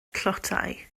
tlotai